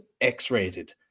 X-rated